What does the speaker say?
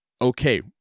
Okay